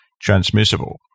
transmissible